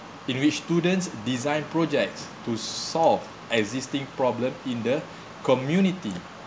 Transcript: in which students design projects to solve existing problem in the community